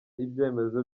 ibyemezo